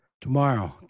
tomorrow